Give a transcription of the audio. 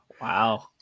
Wow